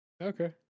Okay